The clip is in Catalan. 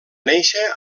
néixer